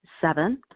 Seven